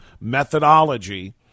methodology